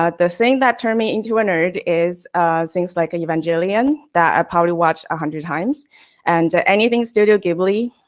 ah the thing that turned me into a nerd is things like ah evangelian, that i probably watched a hundred times and anything studio ghibli.